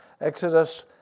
Exodus